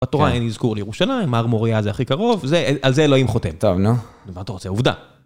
בתורה אין אזכור לירושלים, הר המוריה זה הכי קרוב, על זה אלוהים חותם. טוב, נו. מה אתה רוצה, עובדה.